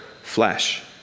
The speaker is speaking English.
flesh